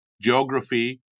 geography